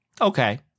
Okay